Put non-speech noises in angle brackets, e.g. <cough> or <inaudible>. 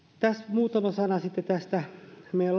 muutama sana sitten näistä meidän <unintelligible>